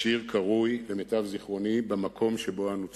השיר קרוי, למיטב זיכרוני: במקום שבו אנו צודקים.